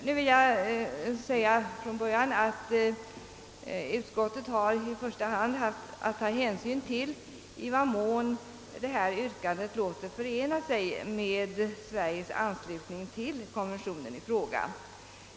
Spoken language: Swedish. Jag vill från början ha sagt att utskottet i första hand haft att ta hänsyn till i vad mån detta yrkande låter sig förena med Sveriges anslutning till konventionen i fråga.